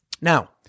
Now